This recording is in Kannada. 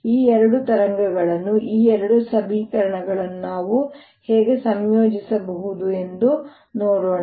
ಈ ಎರಡು ತರಂಗಗಳನ್ನು ಈ ಎರಡು ಸಮೀಕರಣಗಳನ್ನು ನಾವು ಹೇಗೆ ಸಂಯೋಜಿಸಬಹುದು ಎಂದು ನೋಡೋಣ